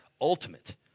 ultimate